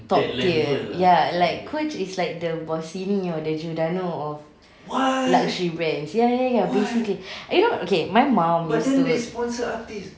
top tier ya like coach is like the bossini or the giordano of luxury brands ya ya ya basically I don't okay my mum use to